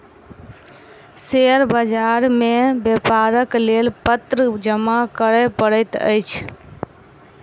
share बाजार मे व्यापारक लेल पत्र जमा करअ पड़ैत अछि